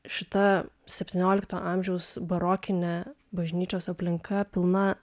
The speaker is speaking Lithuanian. šita septyniolikto amžiaus barokinė bažnyčios aplinka pilna